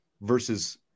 versus